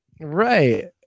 Right